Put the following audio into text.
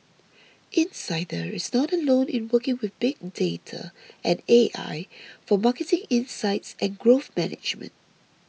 insider is not alone in working with big data and A I for marketing insights and growth management